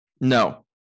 no